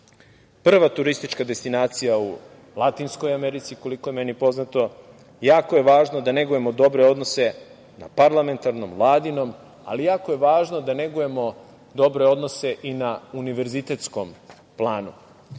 prva turistička destinacija u Latinskoj Americi, koliko je meni poznato. Jako je važno da negujemo dobre odnose na parlamentarnom, vladinom, ali jako je važno da negujemo dobre odnose i na univerzitetskom planu. Srbija